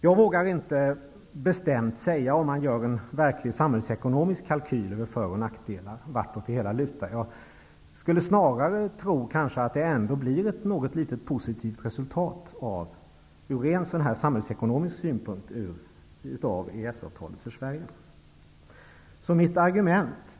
Jag vågar inte bestämt säga, om man verkligen gör en samhällsekonomisk kalkyl över för och nackdelar, åt vilket håll det hela lutar. Jag tror nog ändå att det blir ett något positivt resultat för Sverige från samhällsekonomisk synpunkt just när det gäller EES-avtalet.